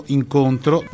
incontro